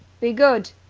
be good!